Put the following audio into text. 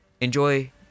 Enjoy